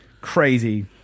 Crazy